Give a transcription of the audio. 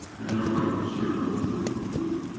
they had a right to serve on federal jury